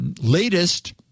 latest –